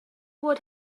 would